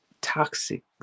toxic